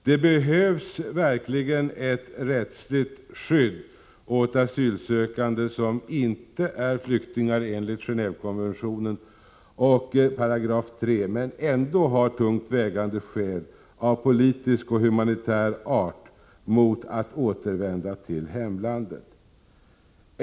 Det behövs verkligen ett rättsligt skydd åt asylsökande som inte är flyktingar enligt Gen&vekonventionen och 3 § men som ändå har tungt vägande skäl av politisk och humanitär art mot att återvända till hemlandet.